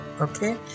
Okay